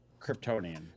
Kryptonian